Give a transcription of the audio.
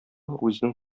үзенең